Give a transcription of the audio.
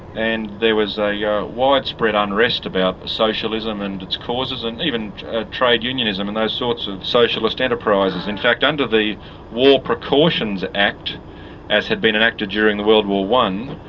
and there was a yeah widespread unrest about socialism and its causes, and even trade unionism and those sorts of socialist enterprises. in fact, under the war precautions act as had been enacted during world war i,